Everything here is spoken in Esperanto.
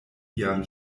ian